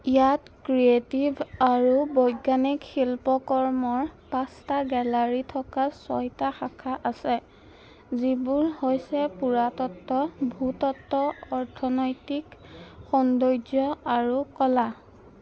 ইয়াত ক্ৰিয়েটিভ আৰু বৈজ্ঞানিক শিল্পকৰ্মৰ পাঁচটা গেলাৰী থকা ছয়টা শাখা আছে যিবোৰ হৈছে পুৰাতত্ত্ব ভূতত্ত্ব অৰ্থনৈতিক সৌন্দৰ্য আৰু কলা